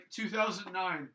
2009